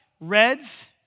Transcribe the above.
reds